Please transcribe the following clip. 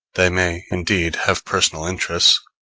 they may, indeed, have personal interests,